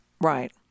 Right